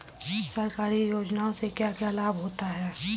सरकारी योजनाओं से क्या क्या लाभ होता है?